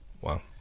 wow